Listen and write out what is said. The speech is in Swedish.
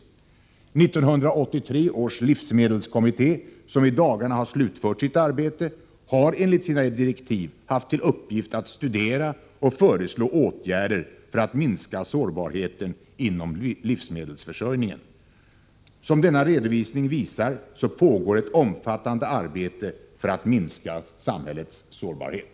1983 års livsmedelskommitté, som i dagarna har slutfört sitt arbete, har enligt sina direktiv haft till uppgift att studera och föreslå åtgärder för att minska sårbarheten inom livsmedelsförsörjningen. Som denna redovisning visar pågår ett omfattande arbete för att minska samhällets sårbarhet.